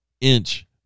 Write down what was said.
inch